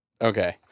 Okay